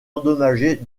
endommagée